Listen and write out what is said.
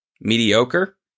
mediocre